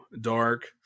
dark